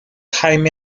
jaime